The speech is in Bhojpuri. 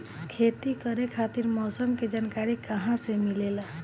खेती करे खातिर मौसम के जानकारी कहाँसे मिलेला?